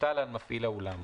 תוטל על מפעיל האולם,